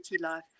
life